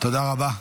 תודה רבה.